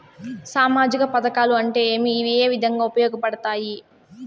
సామాజిక పథకాలు అంటే ఏమి? ఇవి ఏ విధంగా ఉపయోగపడతాయి పడతాయి?